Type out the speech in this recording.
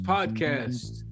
Podcast